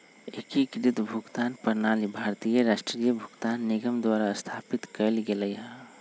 एकीकृत भुगतान प्रणाली भारतीय राष्ट्रीय भुगतान निगम द्वारा स्थापित कएल गेलइ ह